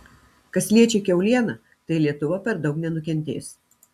kas liečia kiaulieną tai lietuva per daug nenukentės